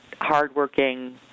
hardworking